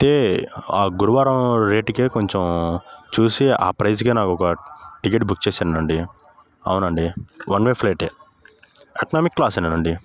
అయితే ఆ గురువారం రేటుకే కొంచెం చూసి ఆ ప్రైస్కే నాకు ఒక టికెట్ బుక్ చేసేయండి అవునండి వన్ వే ఫ్లైటే ఎకనామిక్ క్లాసే అండి